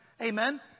Amen